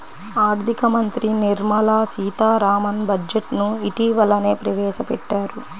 ఆర్ధిక మంత్రి నిర్మలా సీతారామన్ బడ్జెట్ ను ఇటీవలనే ప్రవేశపెట్టారు